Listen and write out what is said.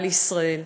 על ישראל.